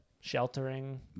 Sheltering